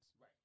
Right